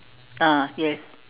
ah yes